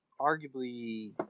arguably